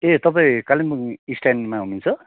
ए तपाईँ कालिम्पोङ स्ट्यान्डमा हुनुहुन्छ